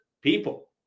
people